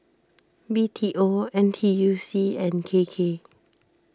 B T O N T U C and K K